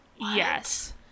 Yes